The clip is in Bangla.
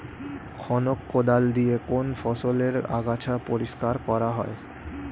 খনক কোদাল দিয়ে কোন ফসলের আগাছা পরিষ্কার করা হয়?